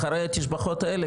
אחרי התשבחות האלה,